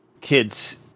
kids